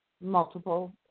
multiple